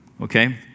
Okay